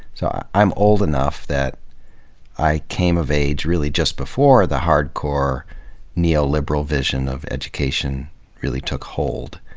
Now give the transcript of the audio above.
so i'm old enough that i came of age really just before the hardcore neo liberal vision of education really took hold.